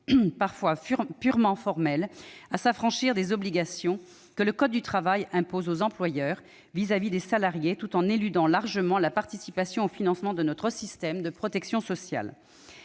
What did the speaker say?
parfois purement formelle, à s'affranchir des obligations que le code du travail impose aux employeurs vis-à-vis de leurs salariés, tout en éludant largement la participation au financement de notre système de protection sociale.